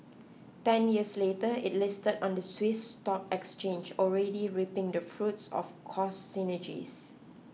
ten years later it listed on the Swiss stock exchange already reaping the fruits of cost synergies